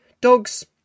dogs